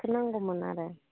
बेफोर नांगौमोन आरो